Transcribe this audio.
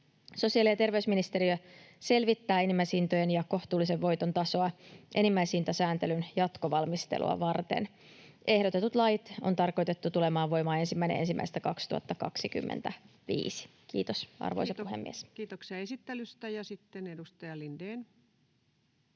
Sosiaali- ja terveysministeriö selvittää enimmäishintojen ja kohtuullisen voiton tasoa enimmäishintasääntelyn jatkovalmistelua varten. Ehdotetut lait on tarkoitettu tulemaan voimaan 1.1.2025. — Kiitos, arvoisa puhemies. Kiitoksia esittelystä. — Ja sitten edustaja Lindén.